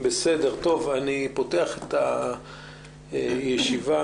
אני פותח את הישיבה.